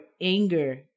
anger